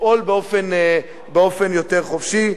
לפעול באופן יותר חופשי.